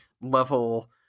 level